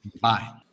Bye